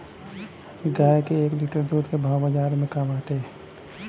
गाय के एक लीटर दूध के भाव बाजार में का बाटे?